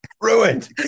Ruined